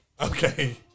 Okay